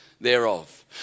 thereof